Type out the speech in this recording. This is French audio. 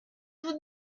vous